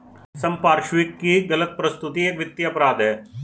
संपार्श्विक की गलत प्रस्तुति एक वित्तीय अपराध है